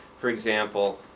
for example,